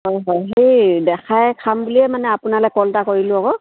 হয় হয় সেই দেখায়ে খাম বুলিয়ে মানে আপোনালৈ কল এটা কৰিলোঁ আকৌ